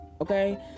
okay